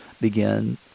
begin